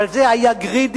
אבל זה היה "גרידיות",